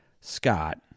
scott